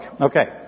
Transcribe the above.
Okay